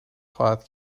خواهد